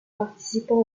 participant